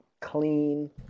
clean